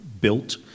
built